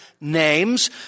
names